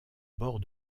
bord